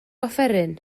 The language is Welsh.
offeryn